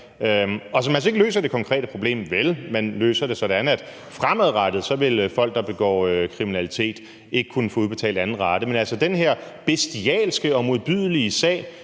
og som altså ikke løser det konkrete problem. Nuvel, man løser det sådan, at fremadrettet vil folk, der begår kriminalitet, ikke kunne få udbetalt anden rate, men altså, hvordan kan det være,